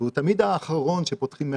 הוא תמיד האחרון שפותחים מחדש,